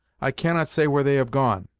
i cannot say where they have gone.